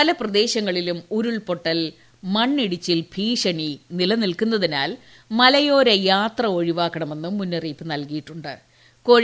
പല പ്രദേശങ്ങളിലും ഉരുൾപൊട്ടൽ മണ്ണിടിച്ചിൽ ഭീഷണി നിലനിൽക്കുന്നതിനാൽ മലയോര യാത്ര ഒഴിവാക്കണമെന്നും മുന്നറിയിപ്പ് നൽകിയിട്ടു ്